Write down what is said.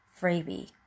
freebie